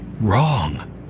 wrong